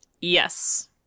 Yes